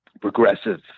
progressive